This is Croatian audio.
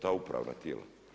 Ta uprava tijela.